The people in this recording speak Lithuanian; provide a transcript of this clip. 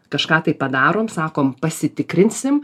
kažką tai padarom sakom pasitikrinsim